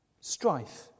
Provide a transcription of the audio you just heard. strife